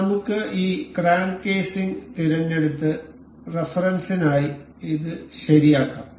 അതിനാൽ നമുക്ക് ഈ ക്രാങ്ക് കേസിംഗ് തിരഞ്ഞെടുത്ത് റഫറൻസിനായി ഇത് ശരിയാക്കാം